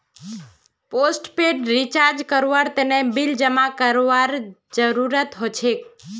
postpaid recharge करवार तने bill जमा करवार जरूरत हछेक